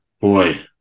boy